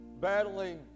battling